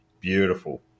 beautiful